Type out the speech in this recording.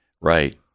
Right